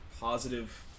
positive